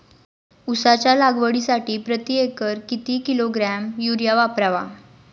उसाच्या लागवडीसाठी प्रति एकर किती किलोग्रॅम युरिया वापरावा?